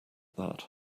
that